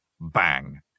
bang